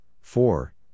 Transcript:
four